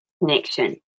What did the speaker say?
connection